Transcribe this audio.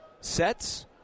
Sets